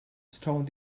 stone